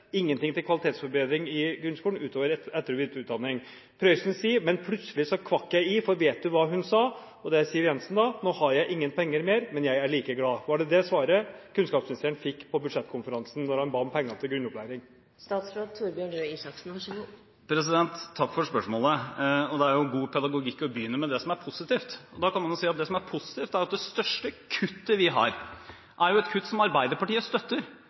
ingenting til tidlig innsats, ingenting til lærertetthet, ingenting til kvalitetsforbedring i grunnskolen utover etter- og videreutdanning. Prøysen sier: Men plutselig så kvakk jeg i, for vet du hva hun sa? – Og det er Siv Jensen. «Nå har jeg ingen penger mer, men jeg er like gla’.» Var det det svaret kunnskapsministeren fikk på budsjettkonferansen da han ba om penger til grunnopplæring? Takk for spørsmålet. Det er god pedagogikk å begynne med det som er positivt, og da kan man jo si at det som er positivt, er at det største kuttet vi har, er et kutt som Arbeiderpartiet støtter.